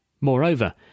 Moreover